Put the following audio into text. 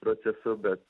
procesu bet